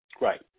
Right